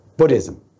Buddhism